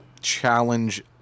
challenge